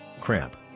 cramp